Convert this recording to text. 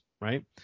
right